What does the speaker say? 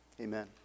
amen